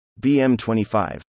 BM25